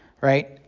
right